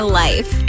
life